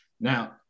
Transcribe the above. now